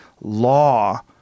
law